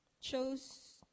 chose